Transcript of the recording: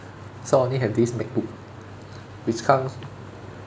so I only have this macbook which can't